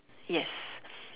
yes